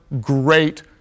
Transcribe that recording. great